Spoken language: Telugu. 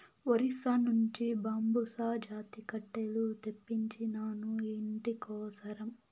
ఒరిస్సా నుంచి బాంబుసా జాతి కట్టెలు తెప్పించినాను, ఇంటి కోసరం